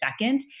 second